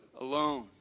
alone